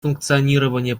функционирование